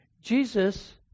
Jesus